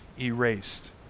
erased